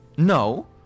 no